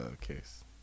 case